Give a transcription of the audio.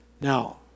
Now